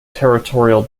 territorial